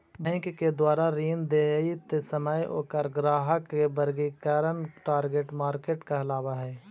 bank के द्वारा ऋण देइत समय ओकर ग्राहक के वर्गीकरण टारगेट मार्केट कहलावऽ हइ